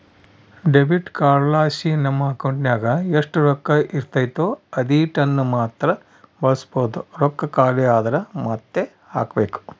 debit ಕಾರ್ಡ್ಲಾಸಿ ನಮ್ ಅಕೌಂಟಿನಾಗ ಎಷ್ಟು ರೊಕ್ಕ ಇರ್ತತೋ ಅದೀಟನ್ನಮಾತ್ರ ಬಳಸ್ಬೋದು, ರೊಕ್ಕ ಖಾಲಿ ಆದ್ರ ಮಾತ್ತೆ ಹಾಕ್ಬಕು